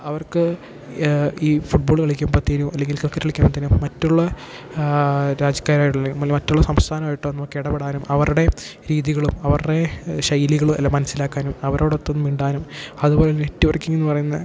അവർക്ക് ഈ ഫുട്ബോള് കളിക്കുമ്പോഴ്ത്തേനും അല്ലെങ്കിൽ ക്രിക്കറ്റ് കളിക്കുമ്പോഴ്ത്തേനും മറ്റുള്ള രാജ്യക്കാരായിട്ടുള്ള അല്ലെങ്കിൽ മറ്റുള്ള സംസ്ഥാനമായിട്ട് ഒന്നും ഒക്ക് ഇടപെടാനും അവരുടെ രീതികളും അവരുടെ ശൈലികളും എല്ലാം മനസ്സിലാക്കാനും അവരോടൊത്തൊന്നു മിണ്ടാനും അതുപോലെ നെറ്റ്വർക്കിംഗെന്ന് പറയുന്ന